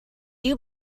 you